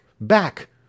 Back